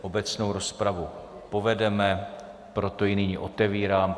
Obecnou rozpravu povedeme, proto ji nyní otevírám.